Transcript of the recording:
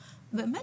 באמת,